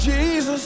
Jesus